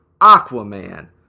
Aquaman